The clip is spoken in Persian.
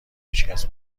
هیچکس